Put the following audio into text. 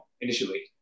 initially